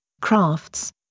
crafts